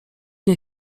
nie